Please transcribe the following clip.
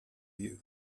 you